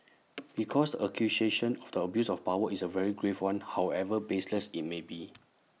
because the accusation of the abuse of power is A very grave one however baseless IT may be